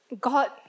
God